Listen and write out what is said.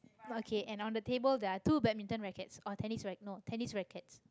okay and on the table there are two badminton rackets or tennis no tennis rackets